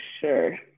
sure